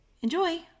Enjoy